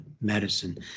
medicine